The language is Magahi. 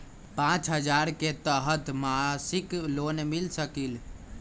पाँच हजार के तहत मासिक लोन मिल सकील?